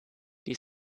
die